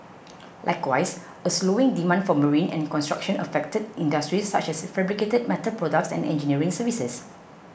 likewise slowing demand for marine and construction affected industries such as fabricated metal products and engineering services